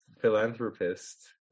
philanthropist